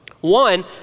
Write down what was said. one